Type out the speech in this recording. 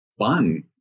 fun